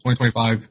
2025